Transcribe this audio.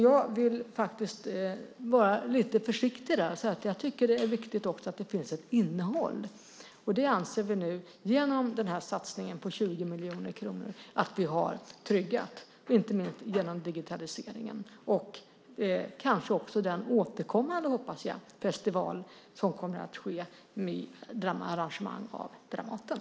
Jag vill vara lite försiktig och säga att jag tycker att det är viktigt att det finns ett innehåll. Det anser vi nu genom satsningen på 20 miljoner kronor att vi har tryggat, inte minst genom digitaliseringen och kanske också den - återkommande hoppas jag - festival som kommer att ske genom arrangemang av Dramaten.